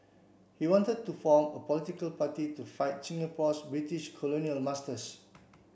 he wanted to form a political party to fight Singapore's British colonial masters